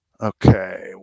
Okay